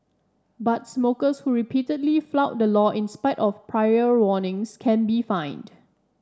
but smokers who repeatedly flout the law in spite of prior warnings can be fined